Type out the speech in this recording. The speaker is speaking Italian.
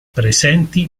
presenti